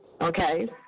Okay